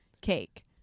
cake